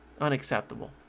unacceptable